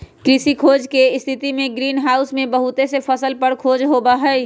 कृषि खोज के स्थितिमें ग्रीन हाउस में बहुत से फसल पर खोज होबा हई